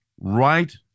right